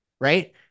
right